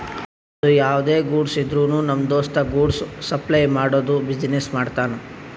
ಅದು ಯಾವ್ದೇ ಗೂಡ್ಸ್ ಇದ್ರುನು ನಮ್ ದೋಸ್ತ ಗೂಡ್ಸ್ ಸಪ್ಲೈ ಮಾಡದು ಬಿಸಿನೆಸ್ ಮಾಡ್ತಾನ್